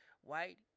white